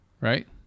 Right